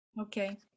okay